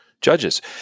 judges